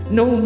no